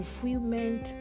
fulfillment